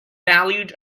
valued